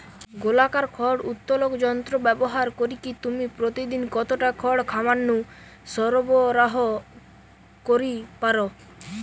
গোলাকার খড় উত্তোলক যন্ত্র ব্যবহার করিকি তুমি প্রতিদিন কতটা খড় খামার নু সরবরাহ করি পার?